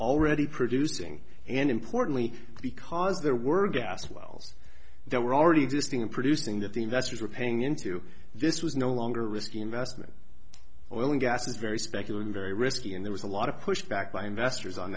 already producing and importantly because there were gas wells there were already existing in producing that the investors were paying into this was no longer risky investment oil and gas is very speculative very risky and there was a lot of pushback by investors on